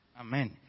Amen